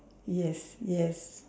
yes yes